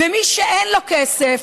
מי שאין לו כסף,